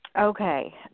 Okay